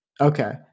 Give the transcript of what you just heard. Okay